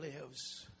lives